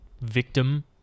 victim